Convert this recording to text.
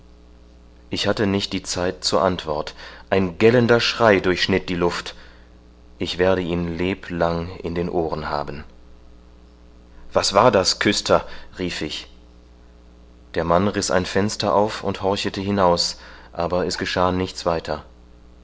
ich hatte nicht die zeit zur antwort ein gellender schrei durchschnitt die luft ich werde ihn leblang in den ohren haben was war das küster rief ich der mann riß ein fenster auf und horchete hinaus aber es geschah nichts weiter